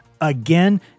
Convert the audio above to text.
again